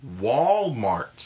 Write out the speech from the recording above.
Walmart